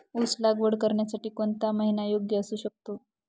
ऊस लागवड करण्यासाठी कोणता महिना योग्य असू शकतो?